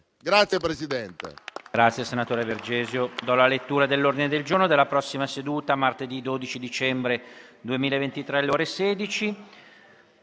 Grazie, Presidente,